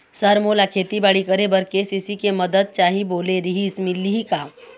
Sir मोला खेतीबाड़ी करेबर के.सी.सी के मंदत चाही बोले रीहिस मिलही का?